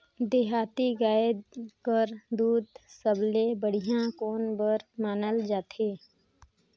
देहाती गाय कर दूध सबले बढ़िया कौन बर मानल जाथे?